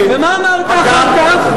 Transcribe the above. ומה אמרת אחר כך?